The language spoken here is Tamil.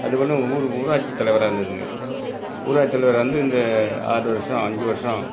அது ஒன்றும் ஊர் ஊராட்சி தலைவராக இருந்துதுங்க ஊராட்சி தலைவராக இருந்து இந்த ஆறு வருடம் அஞ்சு வருடம்